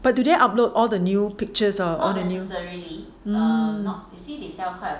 but do they upload all the new pictures or the um